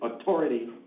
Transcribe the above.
Authority